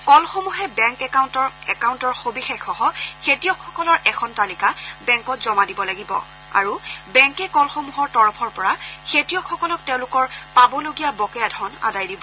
কলসমূহে bank একাউণ্টৰ সবিশেষসহ খেতিয়কসকলৰ এখন তালিকা বেংকত জমা দিব লাগিব আৰু বেংকে কলসমূহৰ তৰফৰ পৰা খেতিয়কসকলক তেওঁলোকৰ পাবলগীয়া বকেয়া ধন আদায় দিব